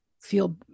feel